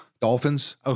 Dolphins